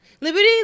Liberty